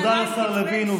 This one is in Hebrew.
תודה לשר לוין.